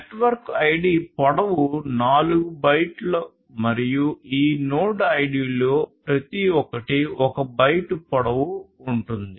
network ID పొడవు 4 బైట్లు మరియు ఈ నోడ్ ఐడిలలో ప్రతి ఒక్కటి 1 బైట్ పొడవు ఉంటుంది